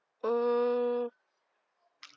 hmm